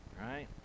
right